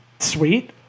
sweet